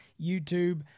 YouTube